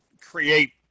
create